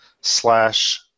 slash